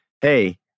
hey